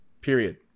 Period